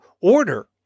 order